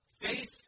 Faith